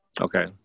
Okay